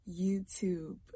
YouTube